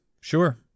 sure